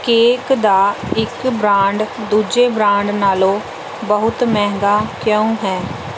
cake ਦਾ ਇੱਕ brand ਦੂਜੇ ਬ੍ਰਾਂਡ ਨਾਲੋਂ ਬਹੁਤ ਮਹਿੰਗਾ ਕਿਉਂ ਹੈ